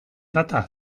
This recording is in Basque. data